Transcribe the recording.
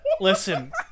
Listen